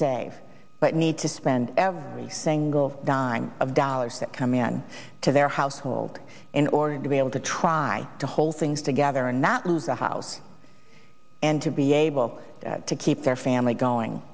save but need to spend every single dime of dollars that come in to their household in order to be able to try to hold things together not lose the house and to be able to keep their family going